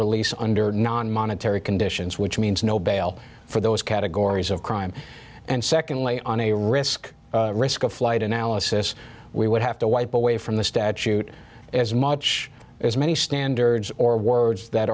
release under non monetary conditions which means no bail for those categories of crime and secondly on a risk risk of flight analysis we would have to wipe away from the statute as much as many standards or words that